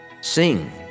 Sing